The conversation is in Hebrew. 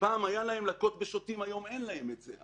פעם היתה להם היכולת להלקות בשוטים והיום אין להם את זה.